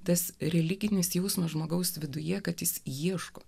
tas religinis jausmas žmogaus viduje kad jis ieško